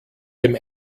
dem